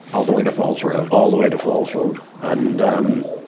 all the way to falls road. all the way to falls road. and, um,